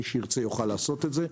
מי שירצה, יוכל לעשות את זה.